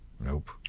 Nope